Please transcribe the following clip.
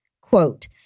Quote